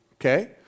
Okay